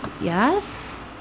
yes